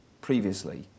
previously